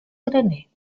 graner